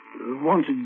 Wanted